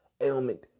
ailment